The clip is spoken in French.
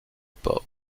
port